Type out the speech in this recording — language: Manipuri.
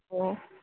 ꯑꯣ